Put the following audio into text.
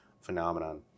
phenomenon